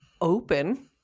open